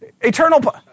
Eternal